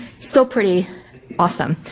still pretty awesome.